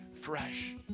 fresh